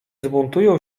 zbuntują